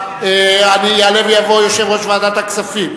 יעלה ויבוא יושב-ראש ועדת הכספים,